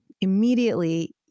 immediately